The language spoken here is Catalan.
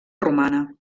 romana